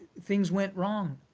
things went wrong.